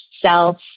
Self